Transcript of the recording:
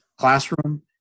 classroom